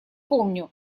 помню